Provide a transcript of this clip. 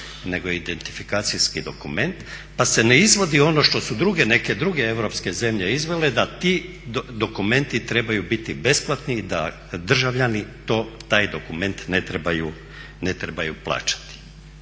nego identifikacijski dokument pa se ne izvodi ono što su neke druge europske zemlje izveli, da ti dokumenti trebaju biti besplatni, da državljani taj dokument ne trebaju plaćati.